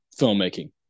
filmmaking